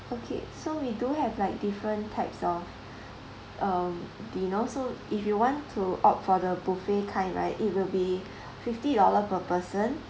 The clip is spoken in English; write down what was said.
okay so we do have like different types of um dinner so if you want to opt for the buffet kind right it will be fifty dollar per person